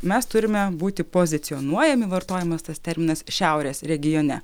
mes turime būti pozicionuojami vartojamas tas terminas šiaurės regione